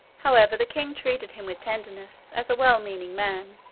however, the king treated him with tenderness, as a well-meaning man,